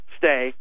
stay